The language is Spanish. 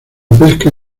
pesca